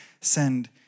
send